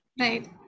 Right